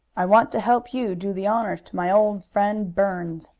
i want to help you do the honors to my old friend burns.